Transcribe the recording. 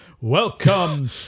welcome